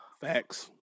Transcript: Facts